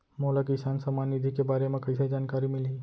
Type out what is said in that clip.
मोला किसान सम्मान निधि के बारे म कइसे जानकारी मिलही?